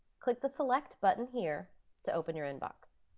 click the select button here to open your inbox.